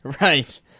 Right